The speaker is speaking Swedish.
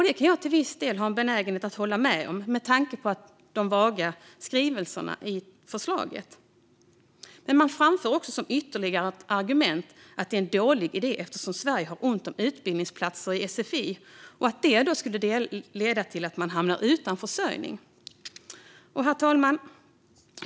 Det kan jag till viss del hålla med om, med tanke på de vaga skrivningarna i förslaget. Men man framför som ytterligare ett argument att det är en dålig idé eftersom Sverige har ont om utbildningsplatser i sfi och att det skulle leda till att man hamnar utan försörjning. Herr talman!